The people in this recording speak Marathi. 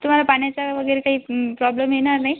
तुम्हाला पाण्याचा वगैरे काही प्रॉब्लेम येणार नाही